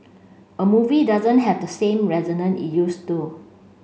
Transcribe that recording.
a movie doesn't have the same resonance it used to